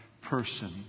person